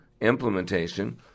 implementation